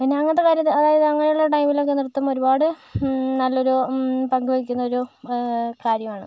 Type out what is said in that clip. അതിന് അങ്ങനത്തെ കാര്യ അതായത് അങ്ങനെയുള്ള ടൈമിലൊക്കെ നൃത്തം ഒരുപാട് നല്ലൊരു പങ്ക് വഹിക്കുന്നൊരു കാര്യമാണ്